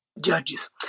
judges